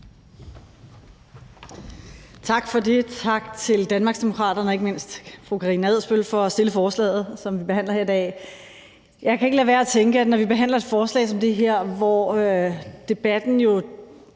Tak for det, tak til Danmarksdemokraterne og ikke mindst fru Karina Adsbøl for at have fremsat forslaget, som vi behandler her i dag. Jeg kan ikke lade være med at tænke på, når vi behandler et forslag som det her, hvor debatten jo